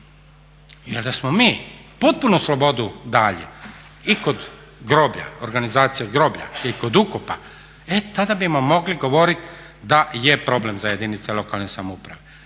Jer da smo mi potpunu slobodu dali i kod groblja, organizacije groblja i kod ukopa e tada bismo mogli govoriti da je problem za jedinice lokalne samouprave.